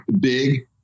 big